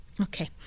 Okay